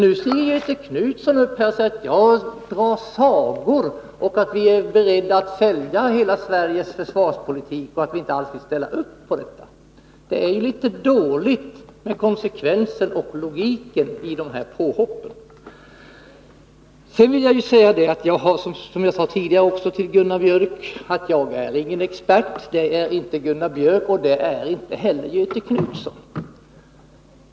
Nu stiger Göthe Knutson upp i talarstolen och säger att jag drar sagor och att vi från vpk är beredda att sälja hela Sveriges försvarspolitik och att vi inte alls vill ställa upp på den. Det är litet dåligt med konsekvensen och logiken i dessa påhopp. Jag upprepar vad jag sade tidigare till Gunnar Björk, att jag är ingen expert. Det är inte heller Gunnar Björk och inte heller Göthe Knutson.